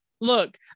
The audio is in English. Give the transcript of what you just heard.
Look